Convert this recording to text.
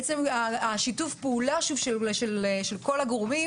עצם שיתוף הפעולה של כל הגורמים,